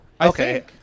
okay